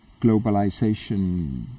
globalization